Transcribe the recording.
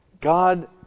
God